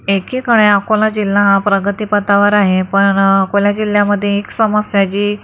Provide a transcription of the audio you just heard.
एकीकडे अकोला जिल्हा हा प्रगतीपथावर आहे पण अकोला जिल्ह्यामध्ये एक समस्या आहे जी